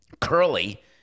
Curly